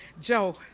joe